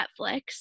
Netflix